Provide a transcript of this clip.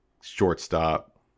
shortstop